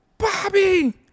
Bobby